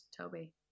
Toby